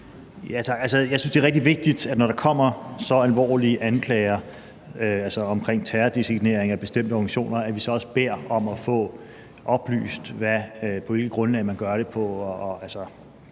rigtig vigtigt, når der kommer så alvorlige anklager omkring terrordesigneringer af bestemte organisationer, at vi så også beder om at få oplyst, på hvilket grundlag man gør det,